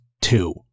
two